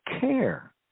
care